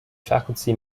faculty